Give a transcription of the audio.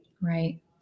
right